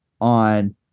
on